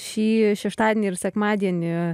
šį šeštadienį ir sekmadienį